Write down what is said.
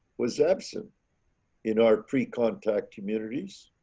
was absent in our pre contact communities.